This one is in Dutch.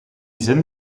zin